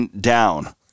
down